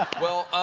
ah well,